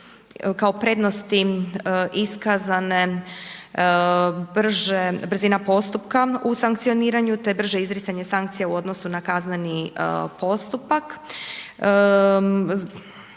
kao prednosti iskazane brzina postupka u sankcioniranju te brže izricanje sankcija u odnosu na kazneni postupak.